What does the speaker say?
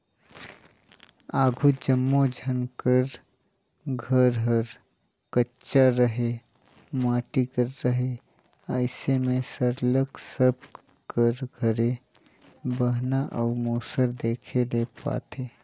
आघु जम्मो झन कर घर हर कच्चा रहें माटी कर रहे अइसे में सरलग सब कर घरे बहना अउ मूसर देखे ले पाते